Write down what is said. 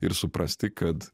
ir suprasti kad